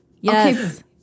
Yes